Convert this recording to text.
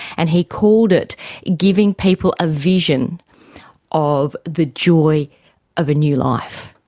and he called it a giving people a vision of the joy of a new life.